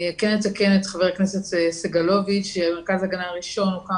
אני כן אתקן את חבר הכנסת סגלוביץ' שמרכז ההגנה הראשון הוקם